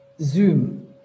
Zoom